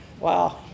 Wow